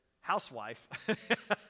housewife